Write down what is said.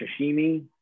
sashimi